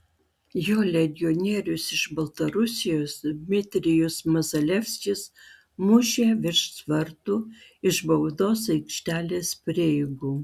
jo legionierius iš baltarusijos dmitrijus mazalevskis mušė virš vartų iš baudos aikštelės prieigų